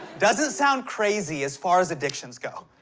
doesn't sound crazy, as far as addictions go.